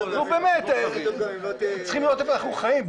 נו באמת, אתם צריכים לראות איפה אנחנו חיים.